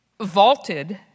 vaulted